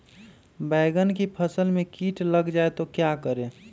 बैंगन की फसल में कीट लग जाए तो क्या करें?